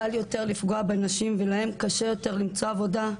קל יותר לפגוע בנשים ולהן קשה יותר למצוא עבודה,